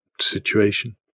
situation